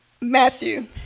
Matthew